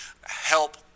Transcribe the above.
help